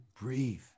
breathe